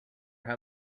how